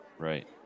Right